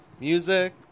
Music